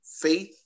faith